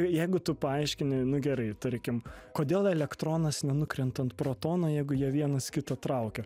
jeigu tu paaiškini nu gerai tarkim kodėl elektronas nenukrenta ant protono jeigu jie vienas kitą traukia